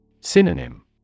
Synonym